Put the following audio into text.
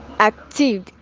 active